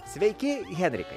sveiki henrikai